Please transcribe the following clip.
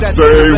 say